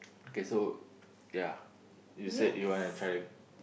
K so ya you said you wanna try